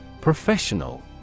Professional